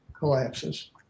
collapses